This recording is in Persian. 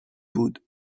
بود